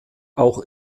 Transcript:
auch